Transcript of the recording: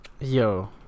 Yo